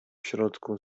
środku